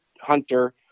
hunter